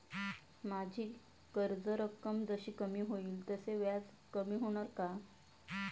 माझी कर्ज रक्कम जशी कमी होईल तसे व्याज कमी होणार का?